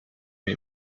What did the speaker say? mir